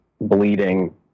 bleeding